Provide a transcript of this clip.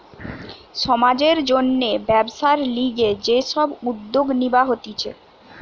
সমাজের জন্যে ব্যবসার লিগে যে সব উদ্যোগ নিবা হতিছে